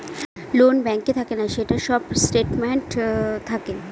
loan ব্যাঙ্কে থাকে না, সেটার সব স্টেটমেন্ট থাকে